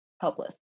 helpless